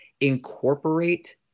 incorporate